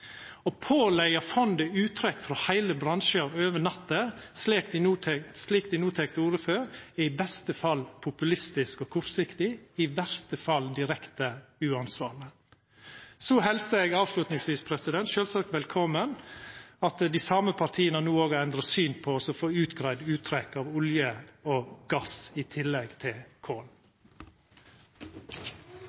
Å påleggja fondet uttrekk frå heile bransjar over natta, slik dei no tek til orde for, er i beste fall populistisk og kortsiktig – i verste fall direkte uansvarleg. Eg helsar – til slutt – sjølvsagt velkomen at dei same partia no har endra syn på det å få utgreidd uttrekk av olje og gass, i tillegg til kol.